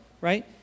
right